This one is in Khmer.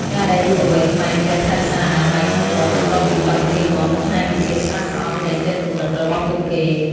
ការដែលយុវវ័យខ្មែរចេះ "ថែរក្សាអនាម័យក្នុងវត្ត" បន្ទាប់ពីចប់ពិធីបុណ្យ បង្ហាញពីភាពស្អាតស្អំនៃចិត្តគំនិតរបស់ពួកគេ។